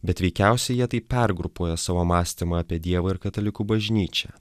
bet veikiausiai jie taip pergrupuoja savo mąstymą apie dievą ir katalikų bažnyčią